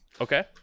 Okay